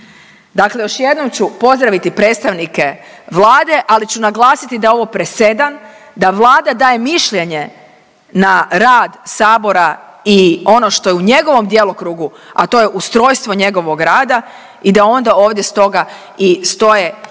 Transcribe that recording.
Dakle još jednom ću pozdraviti predstavnike Vlade, ali ću naglasiti da je ovo presedan da Vlada daje mišljenje na rad sabora i ono što je u njegovom djelokrugu, a to je ustrojstvo njegovog rada i da onda ovdje stoga i stoje njezini